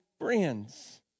friends